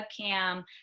webcam